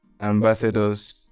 ambassadors